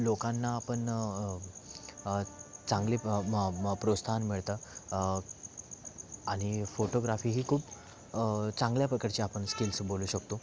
लोकांना आपण चांगले म म प्रोत्साहन मिळतं आणि फोटोग्राफी ही खूप चांगल्या प्रकारची आपण स्किल्स बोलू शकतो